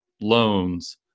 loans